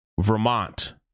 Vermont